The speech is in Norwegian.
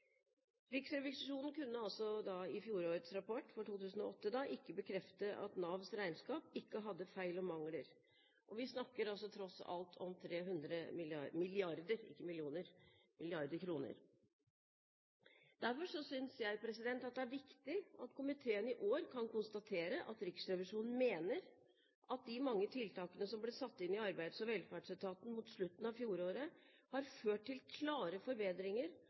mangler. Vi snakker tross alt om 300 mrd. kr. Derfor synes jeg at det er viktig at komiteen i år kan konstatere at Riksrevisjonen mener at de mange tiltakene som ble satt inn i Arbeids- og velferdsetaten mot slutten av fjoråret, har ført til klare forbedringer,